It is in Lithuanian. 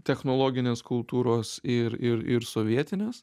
technologinės kultūros ir ir ir sovietinės